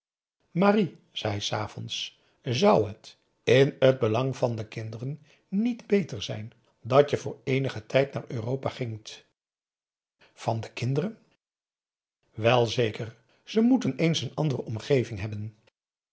zei hij s avonds zou het in t belang van de kinderen niet beter zijn dat je voor eenigen tijd naar europa gingt van de kinderen wel zeker ze moeten eens n andere omgeving hebben